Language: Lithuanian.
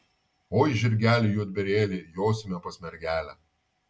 oi žirgeli juodbėrėli josime pas mergelę